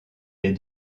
des